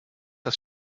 das